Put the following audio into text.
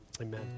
amen